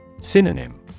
Synonym